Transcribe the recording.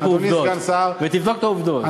יש עובדות, ותבדוק את העובדות.